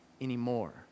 anymore